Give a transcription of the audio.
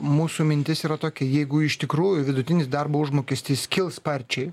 mūsų mintis yra tokia jeigu iš tikrųjų vidutinis darbo užmokestis kils sparčiai